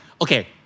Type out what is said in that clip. Okay